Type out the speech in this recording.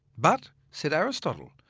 but, said aristotle,